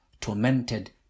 tormented